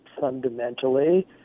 fundamentally